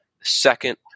second